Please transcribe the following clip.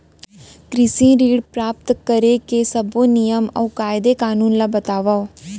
कृषि ऋण प्राप्त करेके सब्बो नियम अऊ कायदे कानून ला बतावव?